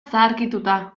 zaharkituta